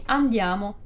andiamo